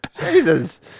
Jesus